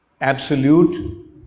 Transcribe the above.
absolute